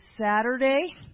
Saturday